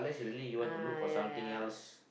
ah yeah yeah